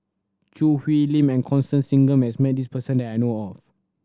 Choo Hwee Lim and Constance Singam has met this person that I know of